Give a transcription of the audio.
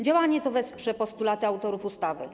Działanie to wesprze postulaty autorów ustawy.